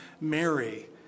Mary